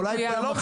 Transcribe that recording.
אולי פעם אחת נקבע?